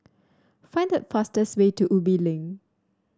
find the fastest way to Ubi Link